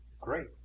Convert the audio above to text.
great